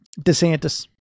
DeSantis